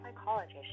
psychologist